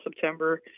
September